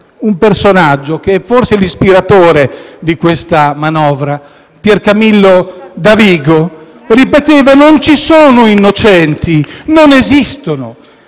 Un personaggio, che è forse l'ispiratore di questa manovra, Piercamillo Davigo, ripeteva che non ci sono innocenti, non esistono: